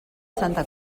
santa